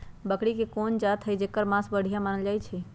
बकरी के कोन जात हई जेकर मास बढ़िया मानल जाई छई?